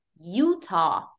Utah